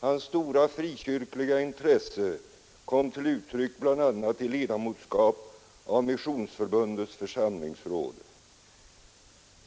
Hans stora frikyrkliga intresse kom till uttryck bl.a. i ledamotskap av Missionsförbundets församlingsråd.